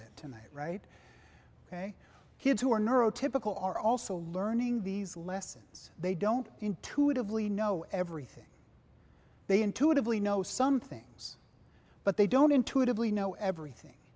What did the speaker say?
it tonight right ok kids who are nerd typical are also learning these lessons they don't intuitively know everything they intuitively know some things but they don't intuitively know everything